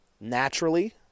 naturally